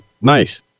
Nice